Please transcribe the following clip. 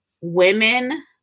women